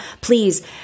Please